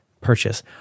purchase